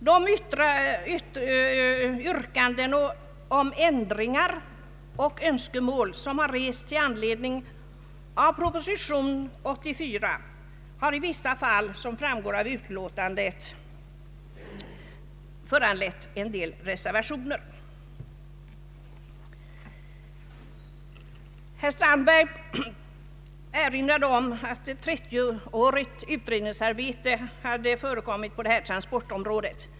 De yrkanden om ändringar som har framställts med anledning av proposition 84 har i vissa fall, såsom framgår av utlåtandet, föranlett en del reservationer. trettioårigt utredningsarbete har förekommit på transportområdet.